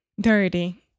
Dirty